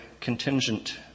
contingent